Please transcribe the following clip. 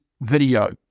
video